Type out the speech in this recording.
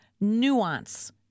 nuance